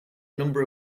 number